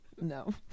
No